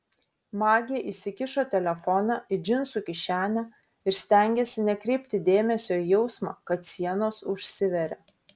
magė įsikišo telefoną į džinsų kišenę ir stengėsi nekreipti dėmesio į jausmą kad sienos užsiveria